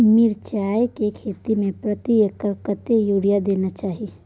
मिर्चाय के खेती में प्रति एकर कतेक यूरिया देना चाही?